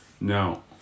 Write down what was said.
No